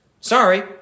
Sorry